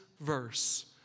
verse